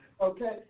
Okay